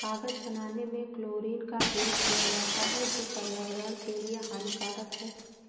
कागज बनाने में क्लोरीन का प्रयोग किया जाता है जो पर्यावरण के लिए हानिकारक है